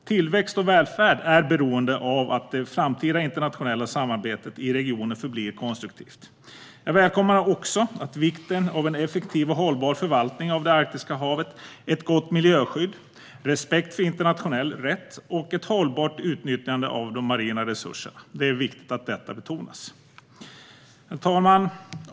Tillväxt och välfärd är beroende av att det framtida internationella samarbetet i regionen förblir konstruktivt. Jag välkomnar också att man betonar vikten av en effektiv och hållbar förvaltning av det arktiska havet, ett gott miljöskydd, respekten för internationell rätt och ett hållbart utnyttjande av de marina resurserna. En integrerad EU-politik för Arktis Herr talman!